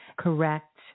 Correct